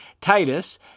Titus